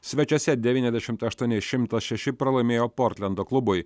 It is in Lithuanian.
svečiuose devyniasdešimt aštuoni šimtas šeši pralaimėjo portlendo klubui